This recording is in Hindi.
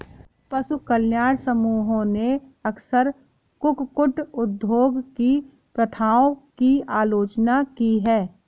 पशु कल्याण समूहों ने अक्सर कुक्कुट उद्योग की प्रथाओं की आलोचना की है